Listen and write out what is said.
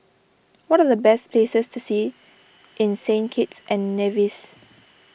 what are the best places to see in Saint Kitts and Nevis